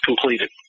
completed